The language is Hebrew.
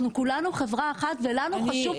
אנחנו כולנו חברה אחת ולנו חשוב,